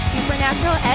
Supernatural